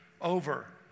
over